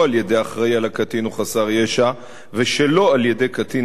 על-ידי האחראי לקטין או חסר הישע ושלא על-ידי קטין